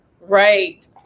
Right